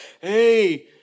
hey